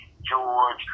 George